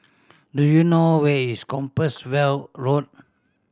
do you know where is Compassvale Road